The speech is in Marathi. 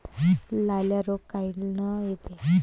लाल्या रोग कायनं येते?